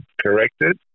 corrected